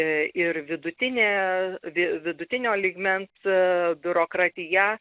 ir vidutinė vidutinio lygmens biurokratija